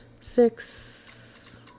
six